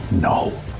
no